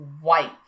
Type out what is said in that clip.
white